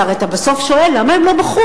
כי הרי אתה בסוף שואל: למה הם לא בחוץ?